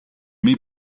mai